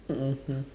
mmhmm